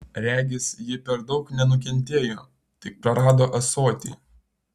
regis ji per daug nenukentėjo tik prarado ąsotį